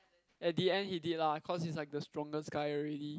at the end he did lah cause he's like the strongest guy already